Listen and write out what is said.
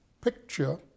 picture